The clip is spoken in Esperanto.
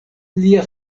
lia